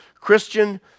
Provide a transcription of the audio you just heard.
Christian